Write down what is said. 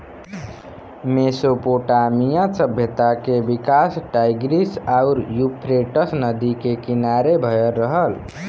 Mesopotamia सभ्यता के विकास टाईग्रीस आउर यूफ्रेटस नदी के किनारे भयल रहल